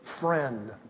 friend